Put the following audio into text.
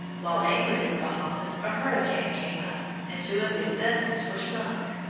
while anchored in the bahamas a hurricane came up, and two of his vessels were sunk.